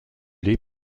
lait